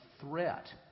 threat